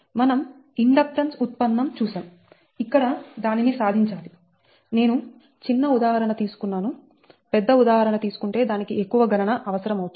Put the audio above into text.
మనం ఇండక్టెన్స్ ఉత్పన్నం చూశాం ఇక్కడ దానిని సాధించాలి నేను చిన్న ఉదాహరణ తీసుకున్నాను పెద్ద ఉదాహరణ తీసుకుంటే దానికి ఎక్కువ గణన అవసరం అవుతుంది